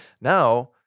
Now –